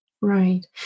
Right